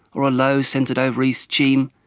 or a low centred over east cheam,